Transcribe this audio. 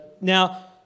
Now